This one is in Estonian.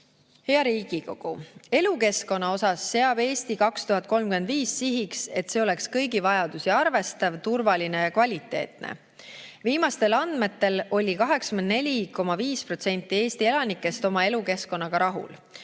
Hea Riigikogu! Elukeskkonna puhul seab "Eesti 2035" sihiks, et see oleks kõigi vajadusi arvestav, turvaline ja kvaliteetne. Viimastel andmetel oli 84,5% Eesti elanikest oma elukeskkonnaga rahul.